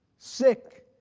sick,